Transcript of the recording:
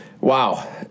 Wow